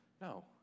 no